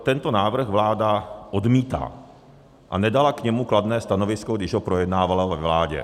Tento návrh vláda odmítá a nedala k němu kladné stanovisko, když ho projednávala ve vládě.